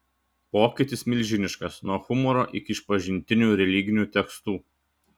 pokytis milžiniškas nuo humoro iki išpažintinių religinių tekstų